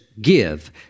Give